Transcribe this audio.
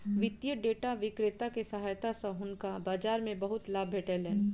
वित्तीय डेटा विक्रेता के सहायता सॅ हुनका बाजार मे बहुत लाभ भेटलैन